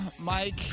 Mike